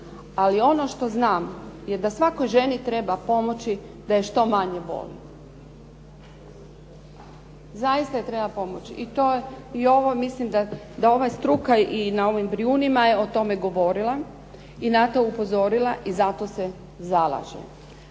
Ali ono što znam je da svakoj ženi treba pomoći da je što manje boli. Zaista joj treba pomoći, i to, i ovo mislim da ova struka i na ovim Brijunima je o tome govorila i na to upozorila i za to se zalažem.